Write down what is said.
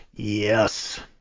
Yes